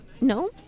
No